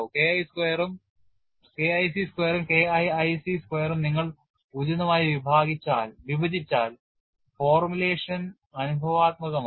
K IC സ്ക്വയറും K IIC സ്ക്വയറും നിങ്ങൾ ഉചിതമായി വിഭജിച്ചാൽ ഫോർമുലേഷൻ അനുഭവാത്മകമാണ്